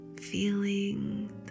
feeling